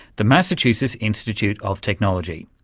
the massachusetts institute of technology.